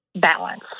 balance